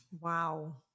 Wow